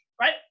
right